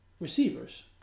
receivers